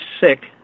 sick